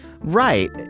Right